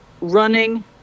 running